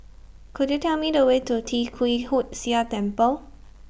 Could YOU Tell Me The Way to Tee Kwee Hood Sia Temple